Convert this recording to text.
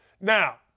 Now